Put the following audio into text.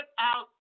out